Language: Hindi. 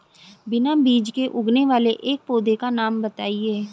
बिना बीज के उगने वाले एक पौधे का नाम बताइए